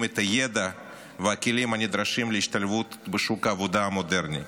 את הידע והכלים הנדרשים להשתלבות בשוק העבודה המודרני.